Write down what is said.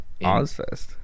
Ozfest